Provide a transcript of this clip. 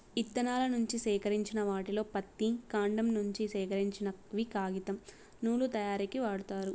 ఇత్తనాల నుంచి సేకరించిన వాటిలో పత్తి, కాండం నుంచి సేకరించినవి కాగితం, నూలు తయారీకు వాడతారు